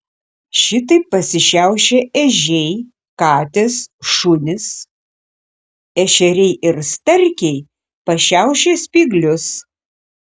šitaip pasišiaušia ežiai katės šunys ešeriai ir starkiai pašiaušia spyglius